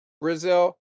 Brazil